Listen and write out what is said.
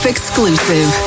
Exclusive